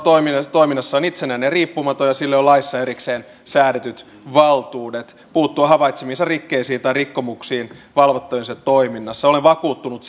toiminnassaan itsenäinen ja riippumaton ja sille on laissa erikseen säädetyt valtuudet puuttua havaitsemiinsa rikkeisiin tai rikkomuksiin valvottaviensa toiminnassa olen vakuuttunut